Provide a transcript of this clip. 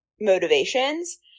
motivations